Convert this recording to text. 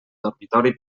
dormitori